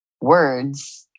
words